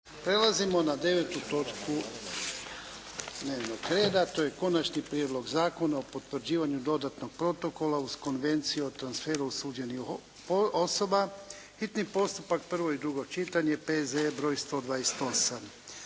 Prelazimo na 9. točku dnevnog reda. - Konačni prijedlog Zakona o potvrđivanju Dodatnog protokola uz Konvenciju o transferu osuđenih osoba, hitni postupak, prvo i drugo čitanje, P.Z.E. br. 128